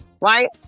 right